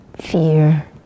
fear